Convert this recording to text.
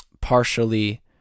partially